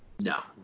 No